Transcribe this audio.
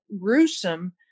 gruesome